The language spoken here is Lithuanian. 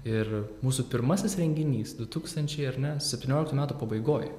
ir mūsų pirmasis renginys du tūkstančiai ar ne septynioliktų metų pabaigoj